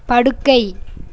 படுக்கை